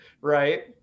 right